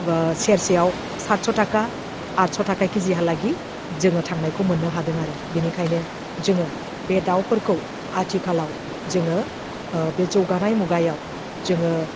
सेरसेयाव सातस' थाखा आटस' थाखा केजिहालागै जोङो थांनायखौ मोननो हादों आरो बेनिखायनो जोङो बे दाउफोरखौ आथिखालाव जोङो बे जौगानाय मुगायाव जोङो